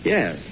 Yes